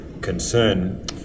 concern